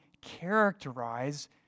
characterize